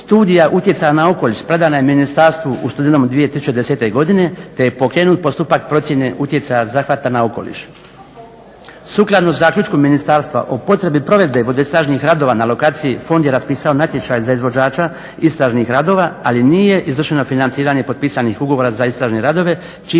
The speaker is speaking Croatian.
studija utjecaja na okoliš predana je Ministarstvu u studenom 2010. godine te je pokrenut postupak procjene utjecaja zahvata na okoliš. Sukladno zaključku ministarstva o potrebi provedbe vodo istražnih radova na lokaciji fond je raspisao natječaj za izvođača istražnih radova ali nije izvršeno financiranje potpisanih ugovora za istražne radove, čime je